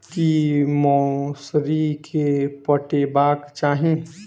की मौसरी केँ पटेबाक चाहि?